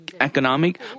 economic